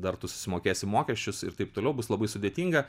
dar tu susimokėsi mokesčius ir taip toliau bus labai sudėtinga